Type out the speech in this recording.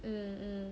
um